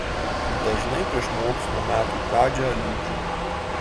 dažnai prieš mokslo metų pradžią liūdžiu